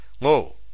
Lo